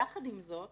יחד עם זאת,